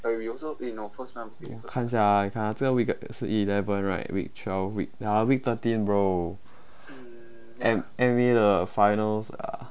看下啦这个 week 是 eleven right week twelve week ya week thirteen bro M M M_A 的 finals ah